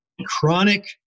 Chronic